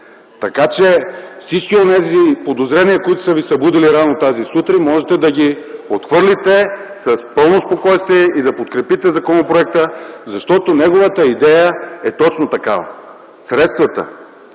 Така, че всички онези подозрения, които са Ви събудили рано тази сутрин, можете да ги отхвърлите с пълно спокойствие и да подкрепите законопроекта, защото неговата идея е точно такава – средствата,